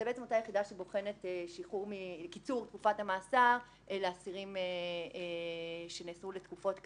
זאת אותה יחידה שבוחנת קיצור תקופת המאסר לאסירים שנאסרו לתקופות קצרות.